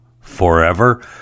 forever